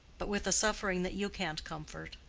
but with a suffering that you can't comfort,